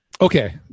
Okay